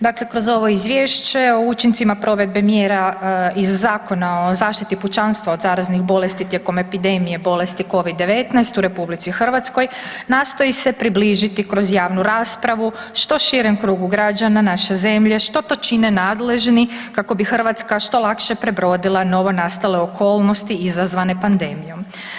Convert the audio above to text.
Dakle, kroz ovo izvješće o učincima provedbe mjera iz Zakona o zaštiti pučanstva od zaraznih bolesti tijekom epidemije bolesti Covid-19 u RH nastoji se približiti kroz javnu raspravu što širem krugu građana naše zemlje što to čine nadležni kako bi Hrvatska što lakše prebrodila novonastale okolnosti izazvane pandemijom.